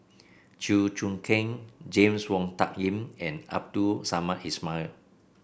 Chew Choo Keng James Wong Tuck Yim and Abdul Samad Ismail